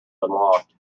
unlocked